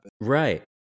Right